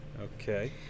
Okay